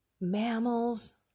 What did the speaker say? mammals